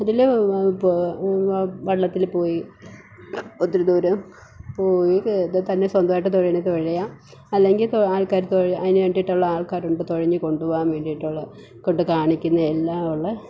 അതിൽ ഇപ്പോൾ വള്ളത്തിൽ പോയി ഒത്തിരി ദൂരം പോയി തന്നെ സ്വന്തമായിട്ട് തുഴയാണെങ്കിൽ തുഴയാം അല്ലെങ്കിൽ ആൾക്കാർ തൊഴ അതിന് വേണ്ടിയിട്ടുള്ള ആൾക്കാരുണ്ട് തുഴഞ്ഞ് കൊണ്ട് പോവാൻ വേണ്ടിയിട്ടുള്ളത് കൊണ്ട് കാണിക്കുന്ന എല്ലാമുള്ള